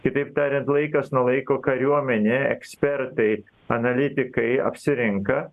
kitaip tariant laikas nuo laiko kariuomenė ekspertai analitikai apsirinka